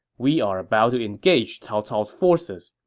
we are about to engage cao cao's forces.